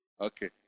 Okay